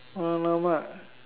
!alamak!